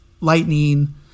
Lightning